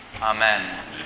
Amen